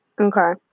Okay